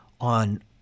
on